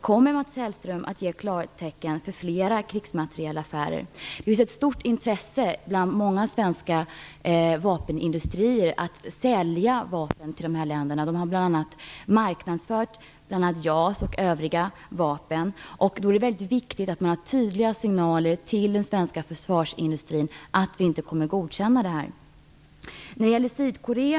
Kommer Mats Hellström att ge klartecken för fler krigsmaterielaffärer? Det finns ett stort intresse bland många svenska vapenindustrier att sälja vapen till de här länderna. De har marknadsfört JAS och övriga vapen. Då är det mycket viktigt att man ger tydliga signaler till den svenska försvarsindustrin om att man inte kommer att godkänna detta.